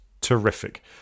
terrific